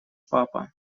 папа